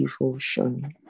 devotion